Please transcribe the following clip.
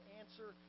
answer